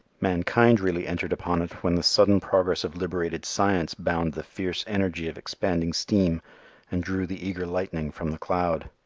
mankind really entered upon it when the sudden progress of liberated science bound the fierce energy of expanding stream and drew the eager lightning from the cloud.